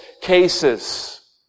cases